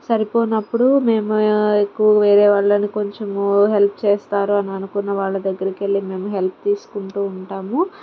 సరిపొన్నప్పుడు మేము ఆ ఎక్కువ వేరే వాళ్ళని కొంచెము హెల్ప్ చేస్తారు అని అనుకున్న వాళ్ళ దగ్గరకు వెళ్ళి మేము హెల్ప్ తీసుకుంటూ ఉంటూ ఉంటాము